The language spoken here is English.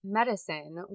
medicine